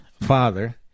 father